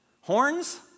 Horns